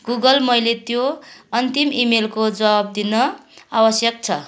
Google मैले त्यो अन्तिम इमेलको जवाफ दिन आवश्यक छ